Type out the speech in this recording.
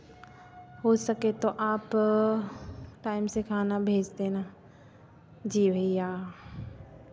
हो सके तो आप टाइम से खाना भेज देना जी भैया